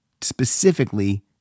specifically